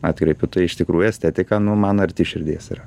atkreipiu tai iš tikrųjų estetika nu man arti širdies yra